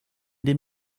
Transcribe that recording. den